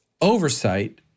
oversight